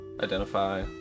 identify